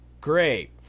Great